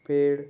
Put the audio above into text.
पेड़